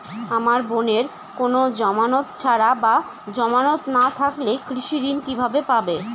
আমার বোনের কোন জামানত ছাড়া বা জামানত না থাকলে কৃষি ঋণ কিভাবে পাবে?